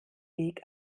weg